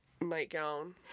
nightgown